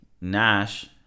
nash